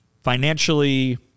financially